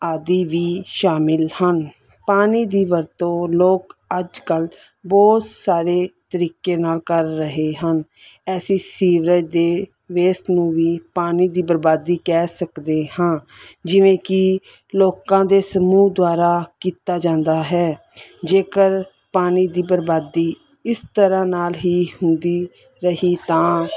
ਆਦਿ ਵੀ ਸ਼ਾਮਿਲ ਹਨ ਪਾਣੀ ਦੀ ਵਰਤੋਂ ਲੋਕ ਅੱਜ ਕੱਲ੍ਹ ਬਹੁਤ ਸਾਰੇ ਤਰੀਕੇ ਨਾਲ ਕਰ ਰਹੇ ਹਨ ਅਸੀਂ ਸੀਵਰੇਜ ਦੇ ਵੇਸਟ ਨੂੰ ਵੀ ਪਾਣੀ ਦੀ ਬਰਬਾਦੀ ਕਹਿ ਸਕਦੇ ਹਾਂ ਜਿਵੇਂ ਕਿ ਲੋਕਾਂ ਦੇ ਸਮੂਹ ਦੁਆਰਾ ਕੀਤਾ ਜਾਂਦਾ ਹੈ ਜੇਕਰ ਪਾਣੀ ਦੀ ਬਰਬਾਦੀ ਇਸ ਤਰ੍ਹਾਂ ਨਾਲ ਹੀ ਹੁੰਦੀ ਰਹੀ ਤਾਂ